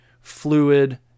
fluid